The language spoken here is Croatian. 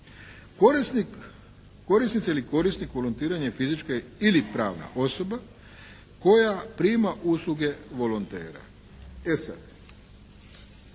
korisnici ili korisnik volontiranja je fizička ili pravna osoba koja prima usluge volontera. E sada,